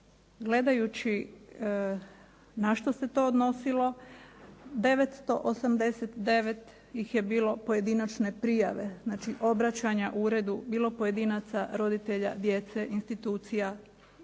Gledajući na što se to odnosilo 989 ih je bilo pojedinačne prijave, znači obraćanja uredu bilo pojedinaca, roditelja, djece, institucija